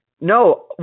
No